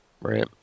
Right